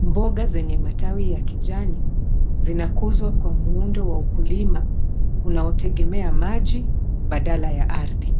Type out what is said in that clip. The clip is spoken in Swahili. Mboga zenye matawi ya kijani zinakuzwa kwa muundo wa ukulima unaotegemea maji badala ya ardhi,